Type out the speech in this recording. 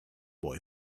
boy